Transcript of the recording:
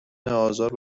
آزار